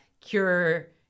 cure